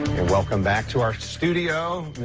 welcome back to our studio,